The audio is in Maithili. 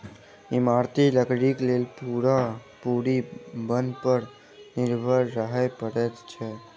इमारती लकड़ीक लेल पूरा पूरी बन पर निर्भर रहय पड़ैत छै